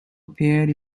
appeared